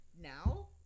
now –